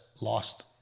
lost